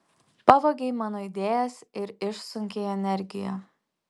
pavogei mano idėjas ir išsunkei energiją